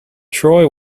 troy